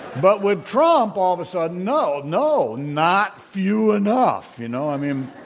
but with trump all of a sudden, no, no, not few enough, you know? i mean,